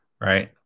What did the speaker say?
right